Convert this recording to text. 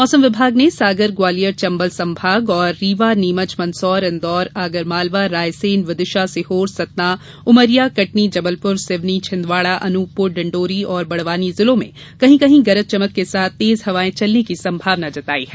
मौसम विभाग ने सागर ग्वालियर चम्बल संभाग और रीवा नीमच मंदसौर इन्दौर आगरमालवा रायसेन विदिशा सीहोर सतना उमरिया कटनी जबलपुर सिवनी छिन्दवाड़ा अनूपपुर डिण्डोरी और बड़वानी जिलों में कहीं कहीं गरज चमक के साथ तेज हवायें चलने की संभावना जताई है